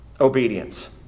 obedience